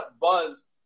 buzz